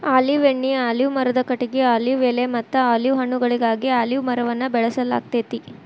olive ಎಣ್ಣಿ, olive ಮರದ ಕಟಗಿ, ಆಲಿವ್ ಎಲೆಮತ್ತ ಆಲಿವ್ ಹಣ್ಣುಗಳಿಗಾಗಿ ಅಲಿವ್ ಮರವನ್ನ ಬೆಳಸಲಾಗ್ತೇತಿ